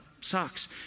sucks